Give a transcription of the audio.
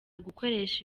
gukoresha